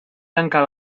tancar